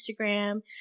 Instagram